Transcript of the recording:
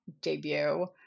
debut